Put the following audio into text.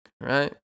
right